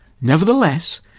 nevertheless